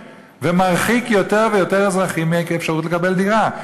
המחיר הולך ומאמיר ומרחיק יותר ויותר אזרחים מהאפשרות לקבל דירה.